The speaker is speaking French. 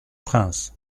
prince